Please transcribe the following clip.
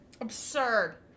Absurd